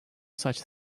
such